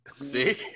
See